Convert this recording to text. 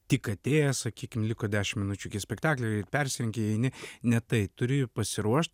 tik atėjęs sakykim liko dešim minučių spektakliui persirengi įeini ne tai turi pasiruošt